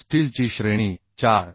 स्टीलची श्रेणी 4